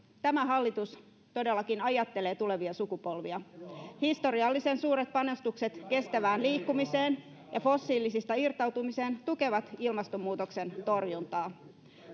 tämä hallitus todellakin ajattelee tulevia sukupolvia historiallisen suuret panostukset kestävään liikkumiseen ja fossiilisista irtautumiseen tukevat ilmastonmuutoksen torjuntaa